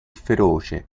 feroce